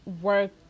work